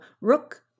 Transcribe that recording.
rook